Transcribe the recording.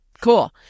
cool